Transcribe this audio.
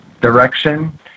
direction